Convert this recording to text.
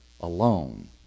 alone